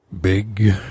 Big